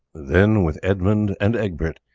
then, with edmund and egbert,